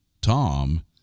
Tom